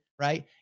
right